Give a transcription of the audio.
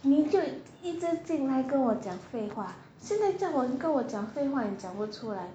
你就一直进来跟我讲废话现在叫你跟我讲废话你讲不出来